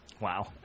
Wow